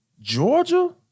Georgia